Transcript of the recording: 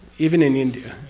even in india.